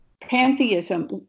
pantheism